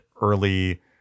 early